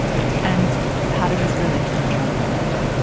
yes. and how does this relate to the trump foundation?